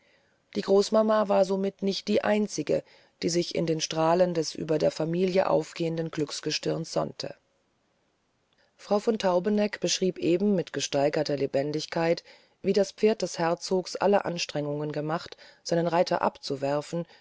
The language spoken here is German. die großmama war somit nicht die einzige die sich in den strahlen des über der familie aufgehenden glücksgestirnes sonnte frau von taubeneck beschrieb eben mit gesteigerter lebendigkeit wie das pferd des herzogs alle anstrengungen gemacht seinen reiter abzuwerfen